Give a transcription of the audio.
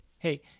Hey